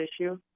issue